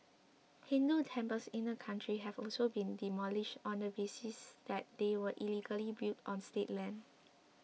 Hindu temples in the country have also been demolished on the basis that they were illegally built on state land